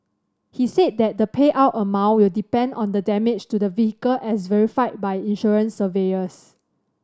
he said that the payout amount will depend on the damage to the vehicle as verified by insurance surveyors